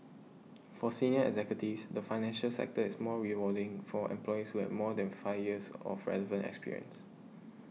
for senior executives the financial sector is more rewarding for employees who have more than five years of relevant experience